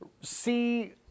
see